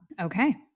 Okay